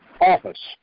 office